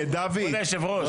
כבוד יושב הראש,